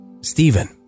Stephen